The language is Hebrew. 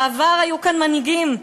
בעבר היו כאן מנהיגים,